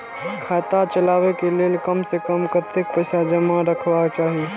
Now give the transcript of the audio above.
खाता चलावै कै लैल कम से कम कतेक पैसा जमा रखवा चाहि